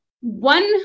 one